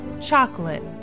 Chocolate